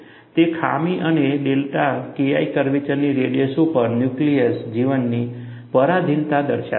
તે ખામી અને ડેલ્ટા KI કર્વેચરની રેડિયસ ઉપર ન્યુક્લિએશન જીવનની પરાધીનતા દર્શાવે છે